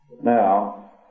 Now